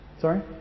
sorry